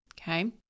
Okay